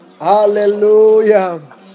Hallelujah